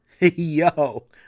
Yo